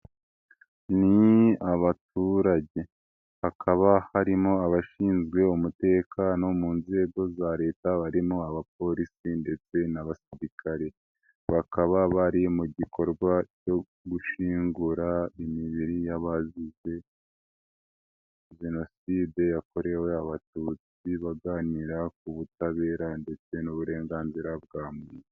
ni abaturage hakaba harimo abashinzwe umutekano mu nzego za leta barimo abapolisi ndetse n'abasirikare bakaba bari mu gikorwa cyo gushgura imibiri y'abazize jenoside yakorewe abatutsi baganira ku butabera ndetse n'uburenganzira bwa muntu